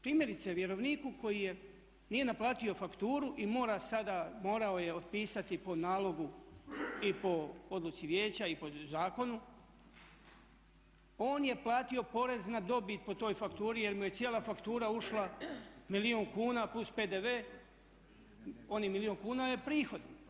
Primjerice, vjerovniku koji je, nije naplatio fakturu i mora sada, morao je otpisati po nalogu i po odluci vijeća i po zakonu, on je platio porez na dobit po toj fakturi jer mu je cijela faktura ušla milijun kuna plus PDV, onih milijun kuna je prihod.